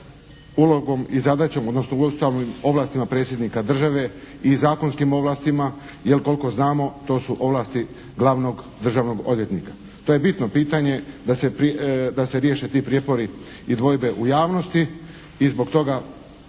ulogom i zadaćom odnosno Ustavnim ovlastima Predsjednika Države i zakonskim ovlastima? Jer koliko znamo to su ovlasti Glavnog državnog odvjetnika. To je bitno pitanje, da se riješe ti prijepori i dvojbe u javnosti. I zbog toga